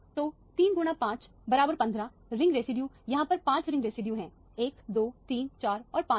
तो 3 x515 ring residue यहां पर 5 रिंग रेसिड्यू है 1234 और 5 है